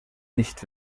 nicht